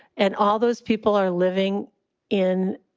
and all those people are living in,